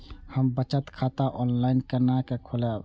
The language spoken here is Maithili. हम बचत खाता ऑनलाइन केना खोलैब?